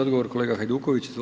Odgovor kolega Hajduković.